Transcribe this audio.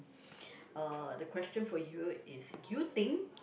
uh the question for you is you think